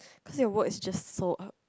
cause your watch is just so